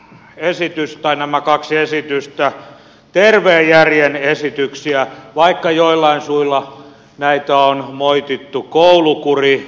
esitys nämä kaksi esitystä ovat tervetulleita terveen järjen esityksiä vaikka joillain suilla näitä on moitittu koulukurilaeiksi